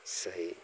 सही